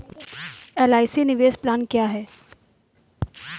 LIC निवेश plan क्या है?